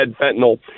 fentanyl